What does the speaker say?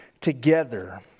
together